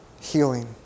healing